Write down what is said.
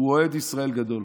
שהוא אוהד ישראל גדול.